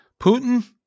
Putin